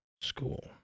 school